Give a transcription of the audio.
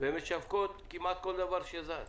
והן משווקות כמעט כל דבר שזז